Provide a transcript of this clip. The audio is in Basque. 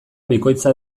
bikoitza